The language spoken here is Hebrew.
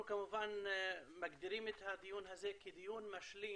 כמובן, אנו מגדירים את הדיון הזה כדיון משלים